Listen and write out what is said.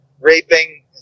raping